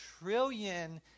trillion